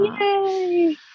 Yay